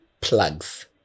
plugs